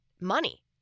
money